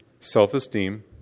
Self-esteem